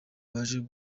baje